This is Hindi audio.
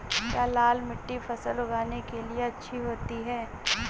क्या लाल मिट्टी फसल उगाने के लिए अच्छी होती है?